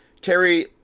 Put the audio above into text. Terry